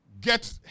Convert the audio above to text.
get